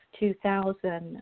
2000